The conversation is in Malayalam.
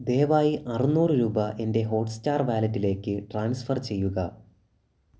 ദയവായി അറുന്നൂറ് രൂപ എൻ്റെ ഹോട്ട് സ്റ്റാർ വാലറ്റിലേക്ക് ട്രാൻസ്ഫർ ചെയ്യുക